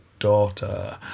daughter